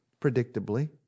predictably